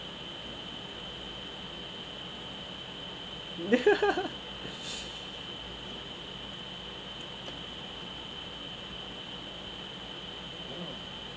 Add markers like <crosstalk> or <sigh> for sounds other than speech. <laughs>